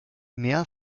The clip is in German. mehr